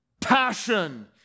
passion